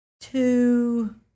two